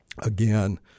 again